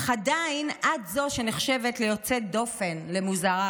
אך עדיין את זו שנחשבת ליוצאת דופן, למוזרה.